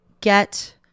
get